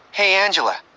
angela,